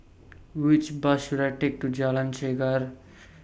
Which Bus should I Take to Jalan Chegar